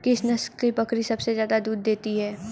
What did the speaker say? किस नस्ल की बकरी सबसे ज्यादा दूध देती है?